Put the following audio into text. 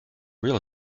real